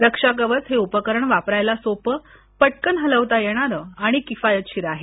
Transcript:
रक्षा कवच हे उपकरण वापरायला सोपे पटकन हलवता येणारे आणि किफायतशीर आहे